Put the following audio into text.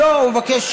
כן.